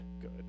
good